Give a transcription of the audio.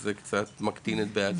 אז זה מקטין את בעיית ההשמנה.